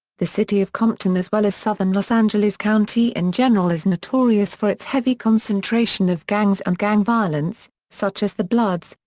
the city of compton as well as southern los angeles county in general is notorious for its heavy concentration of gangs and gang violence, such as the bloods,